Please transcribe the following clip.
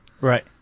Right